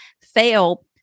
fail